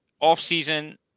off-season